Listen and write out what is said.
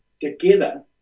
together